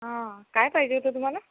आं काय पाहिजे होतं तुम्हाला